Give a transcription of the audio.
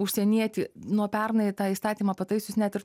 užsienietį nuo pernai tą įstatymą pataisius net ir